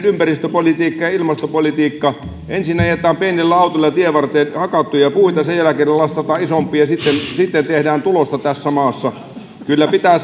ympäristöpolitiikka ja ilmastopolitiikka ensin ajetaan pienillä autoilla tienvarteen hakattuja puita sen jälkeen ne lastataan isompiin ja sitten tehdään tulosta tässä maassa kyllä pitää